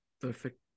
Perfect